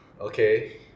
okay